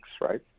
Right